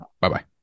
Bye-bye